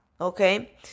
okay